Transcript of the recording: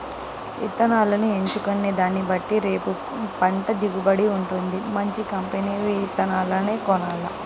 ఇత్తనాలను ఎంచుకునే దాన్నిబట్టే రేపు పంట దిగుబడి వుంటది, మంచి కంపెనీ విత్తనాలనే కొనాల